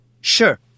Sure